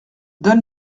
donne